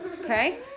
Okay